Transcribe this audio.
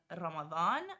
Ramadan